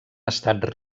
estat